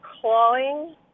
clawing